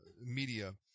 media